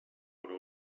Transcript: però